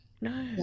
no